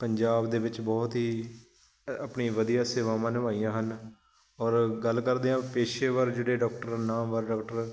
ਪੰਜਾਬ ਦੇ ਵਿੱਚ ਬਹੁਤ ਹੀ ਆਪਣੀ ਵਧੀਆ ਸੇਵਾਵਾਂ ਨਿਭਾਈਆਂ ਹਨ ਔਰ ਗੱਲ ਕਰਦੇ ਹਾਂ ਪੇਸ਼ੇਵਰ ਜਿਹੜੇ ਡੋਕਟਰ ਨਾਮਵਰ ਡਾਕਟਰ